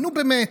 נו, באמת.